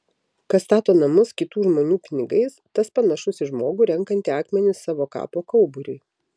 kas stato namus kitų žmonių pinigais tas panašus į žmogų renkantį akmenis savo kapo kauburiui